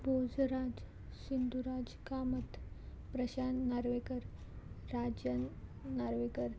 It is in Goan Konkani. बोजराज सिंधुराज कामत प्रशांत नार्वेकर राजन नार्वेकर